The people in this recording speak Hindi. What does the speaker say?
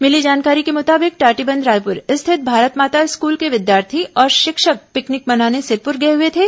मिली जानकारी के मुताबिक टाटीबंध रायपुर स्थित भारत माता स्कूल के विद्याथी और शिक्षक पिकनिक मनाने सिरपुर गए हुए थे